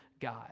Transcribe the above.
God